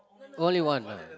only one no